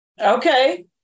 Okay